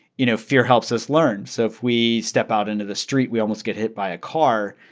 you know, fear helps us learn. so if we step out into the street, we almost get hit by a car,